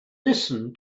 listen